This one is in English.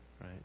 right